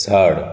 झाड